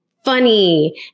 funny